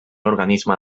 organisme